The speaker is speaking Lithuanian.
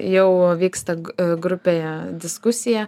jau vyksta g grupėje diskusija